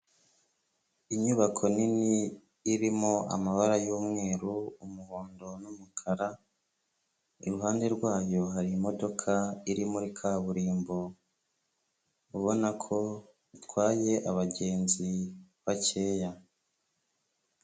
Inyubako nini irimo amabara y'umweru, umuhondo n'umukara, iruhande rwayo hari imodoka iri muri kaburimbo ubona ko itwaye abagenzi bakeya.